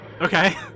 Okay